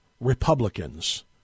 Republicans